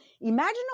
imagine